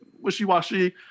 wishy-washy